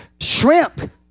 Shrimp